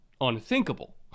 unthinkable